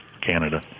Canada